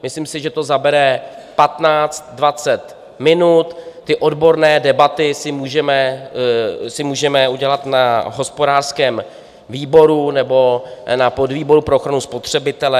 Myslím si, že to zabere patnáct, dvacet minut, odborné debaty si můžeme udělat na hospodářském výboru nebo na podvýboru pro ochranu spotřebitele.